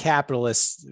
Capitalists